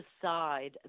decide